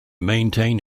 maintain